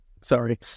sorry